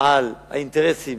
על האינטרסים